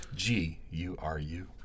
G-U-R-U